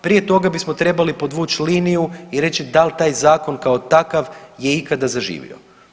Prije toga bismo trebali podvući liniju i reći da li taj zakon kao takav je ikada zaživio.